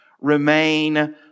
remain